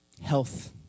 health